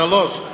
לשלוש.